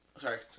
Sorry